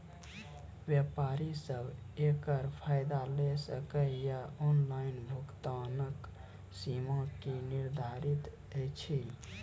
व्यापारी सब एकरऽ फायदा ले सकै ये? ऑनलाइन भुगतानक सीमा की निर्धारित ऐछि?